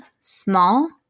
small